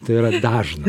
tai yra dažna